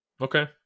Okay